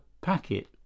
packet